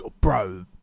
bro